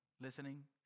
listening